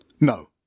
No